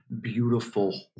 beautiful